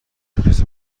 کسل